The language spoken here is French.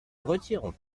retirons